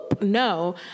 No